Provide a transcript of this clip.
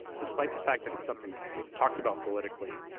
despite the fact that it's something that they've talked about politically,